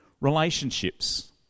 Relationships